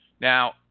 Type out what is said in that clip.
Now